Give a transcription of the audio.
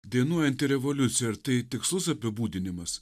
dainuojanti revoliucija ar tai tikslus apibūdinimas